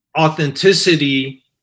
authenticity